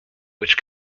which